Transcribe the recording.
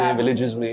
villages